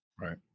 Right